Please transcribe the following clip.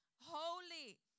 holy